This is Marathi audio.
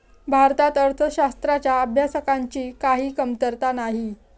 भारतात अर्थशास्त्राच्या अभ्यासकांची काही कमतरता नाही